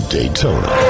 Daytona